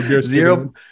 zero